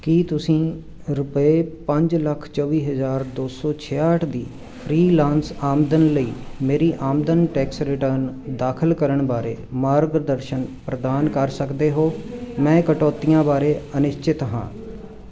ਕੀ ਤੁਸੀਂ ਰੁਪਏ ਪੰਜ ਲੱਖ ਚੌਵੀ ਹਜ਼ਾਰ ਦੋ ਸੌ ਛਿਆਹਠ ਦੀ ਫ੍ਰੀਲਾਂਸ ਆਮਦਨ ਲਈ ਮੇਰੀ ਆਮਦਨ ਟੈਕਸ ਰਿਟਰਨ ਦਾਖਲ ਕਰਨ ਬਾਰੇ ਮਾਰਗਦਰਸ਼ਨ ਪ੍ਰਦਾਨ ਕਰ ਸਕਦੇ ਹੋ ਮੈਂ ਕਟੌਤੀਆਂ ਬਾਰੇ ਅਨਿਸ਼ਚਿਤ ਹਾਂ